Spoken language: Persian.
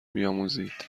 بیاموزید